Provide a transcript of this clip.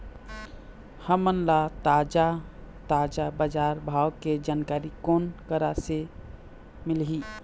हमन ला ताजा ताजा बजार भाव के जानकारी कोन करा से मिलही?